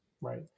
Right